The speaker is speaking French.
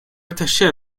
rattachés